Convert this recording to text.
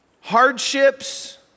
Hardships